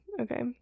Okay